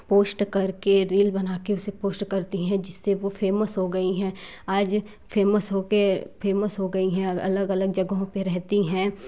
post करके reel बना के उसे पोस्ट करती है जिससे वो फेमस हो गई है आज फेमस हो के फेमस हो गई है अलग अलग जगहों पर रहती हैं